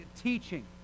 teaching